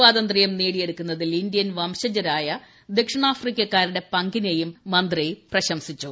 സ്വാതന്ത്യം നേടിയെടുക്കുന്നതിൽ ഇന്ത്യൻ വംശജരായ ദക്ഷിണാഫ്രിക്കക്കാരുടെ പങ്കിനെയും മന്ത്രി പ്രശംസിച്ചു